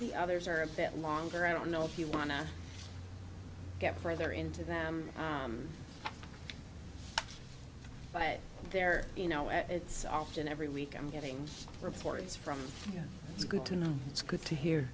the others are a bit longer i don't know if you want to get further into them but they're you know it's often every week i'm getting reports from you it's good to know it's good to hear